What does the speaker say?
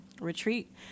retreat